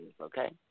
okay